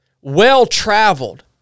well-traveled